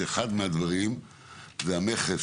כשאחד מהדברים הוא המכס,